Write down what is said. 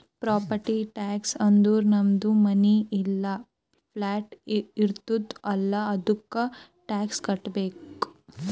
property tax ಅಂದುರ್ ನಮ್ದು ಮನಿ ಇಲ್ಲಾ ಪ್ಲಾಟ್ ಇರ್ತುದ್ ಅಲ್ಲಾ ಅದ್ದುಕ ಟ್ಯಾಕ್ಸ್ ಕಟ್ಟಬೇಕ್